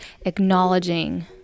acknowledging